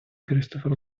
крістофер